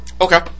Okay